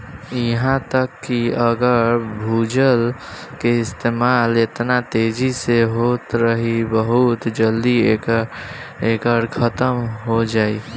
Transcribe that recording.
इहा तक कि अगर भूजल के इस्तेमाल एतना तेजी से होत रही बहुत जल्दी एकर खात्मा हो जाई